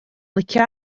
licio